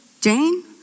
Jane